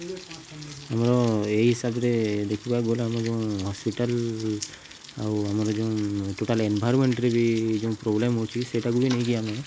ଆମର ଏ ହିସାବରେ ଦେଖିବାକୁ ଗଲେ ଆମର ଯେଉଁ ହସ୍ପିଟାଲ ଆଉ ଆମର ଯେଉଁ ଟୋଟାଲ ଏନଭାରମେଣ୍ଟରେ ବି ଯେଉଁ ପ୍ରୋବ୍ଲେମ୍ ହଉଛି ସେଇଟାକୁ ବି ନେଇକି ଆମେ